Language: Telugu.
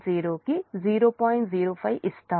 05 ఇస్తారు